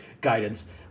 guidance